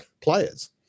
players